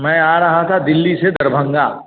मैं आ रहा था दिल्ली से दरभंगा